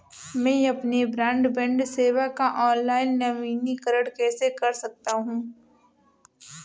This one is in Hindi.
मैं अपनी ब्रॉडबैंड सेवा का ऑनलाइन नवीनीकरण कैसे कर सकता हूं?